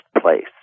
place